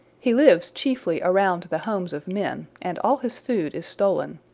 he lives chiefly around the homes of men, and all his food is stolen.